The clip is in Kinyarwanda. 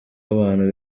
abantu